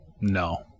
no